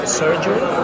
surgery